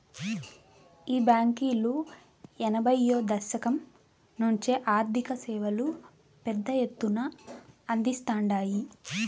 ఈ బాంకీలు ఎనభైయ్యో దశకం నుంచే ఆర్థిక సేవలు పెద్ద ఎత్తున అందిస్తాండాయి